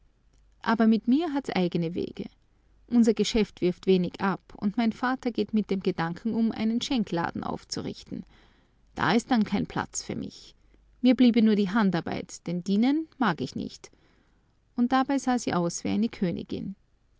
aber mit mir hat's eigene wege unser geschäft wirft wenig ab und mein vater geht mit dem gedanken um einen schenkladen aufzurichten da ist denn kein platz für mich mir bliebe nur handarbeit denn dienen mag ich nicht und dabei sah sie aus wie eine königin